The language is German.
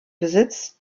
besitz